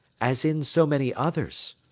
as in so many others.